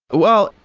well,